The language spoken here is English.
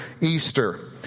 Easter